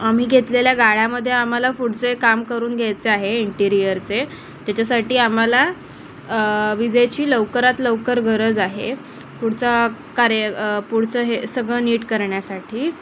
आम्ही घेतलेल्या गाळ्यामध्ये आम्हाला पुढचे काम करून घ्यायचे आहे इंटिरियरचे त्याच्यासाठी आम्हाला विजेची लवकरात लवकर गरज आहे पुढचा कार्य पुढचं हे सगळं नीट करण्यासाठी